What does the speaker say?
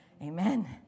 amen